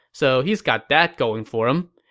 so he's got that going for him.